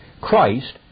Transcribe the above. Christ